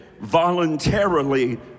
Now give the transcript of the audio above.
voluntarily